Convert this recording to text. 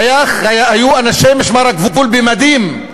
היו אנשי משמר הגבול במדים,